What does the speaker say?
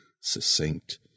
succinct